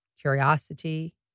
curiosity